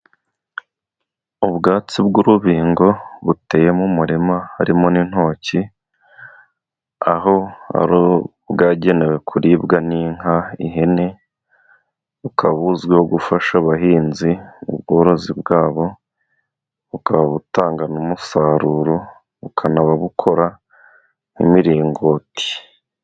Ubwatsi bw'urubingo buteyemo umurima harimo n'intoki. Aho bwagenewe kuribwa n'inka n'ihene. Bukaba buzwiho gufasha abuhinzi mu bworozi bwabo. Bukaba butanga umusaruro bukora n'imiringoti.